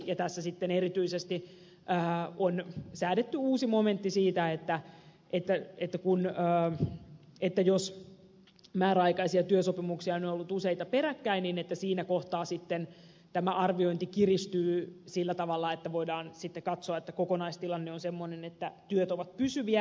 tässä on erityisesti säädetty uusi momentti siitä että jos määräaikaisia työsopimuksia on ollut useita peräkkäin siinä kohtaa arviointi kiristyy sillä tavalla että voidaan katsoa että kokonaistilanne on semmoinen että työt ovat pysyviä